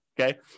Okay